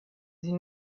sie